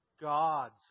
God's